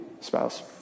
spouse